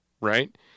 right